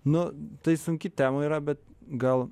nu tai sunki tema yra bet gal